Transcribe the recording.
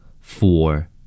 four